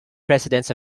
presidents